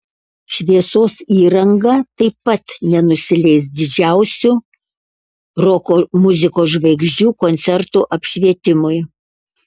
šviesos įranga taip pat nenusileis didžiausių roko muzikos žvaigždžių koncertų apšvietimui